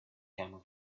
camel